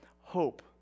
hope